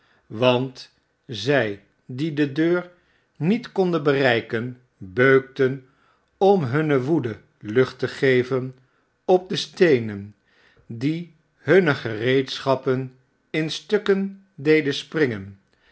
want zij die de deur met konden bereiken beukten om hunne woede lucht te geven op de steenen die hunne gereedschappen in stukken deden sprmgen